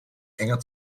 enger